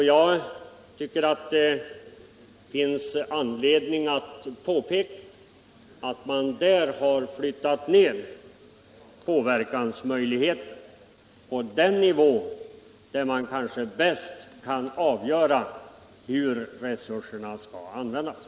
Jag tycker att det finns anledning att påpeka att man därmed har flyttat ned påverkansmöjligheten till den nivå där man kanske bäst kan avgöra hur resurserna skall användas.